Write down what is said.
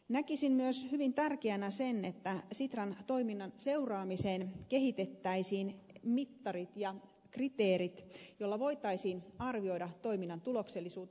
näkisin myös hyvin tärkeänä sen että sitran toiminnan seuraamiseen kehitettäisiin mittarit ja kriteerit joilla voitaisiin arvioida toiminnan tuloksellisuutta